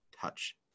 touch